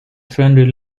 trendy